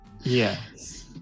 Yes